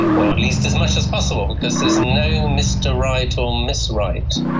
and or at least as much as possible, because there's no mr. right or ms. right.